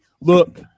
look